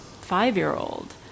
five-year-old